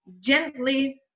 gently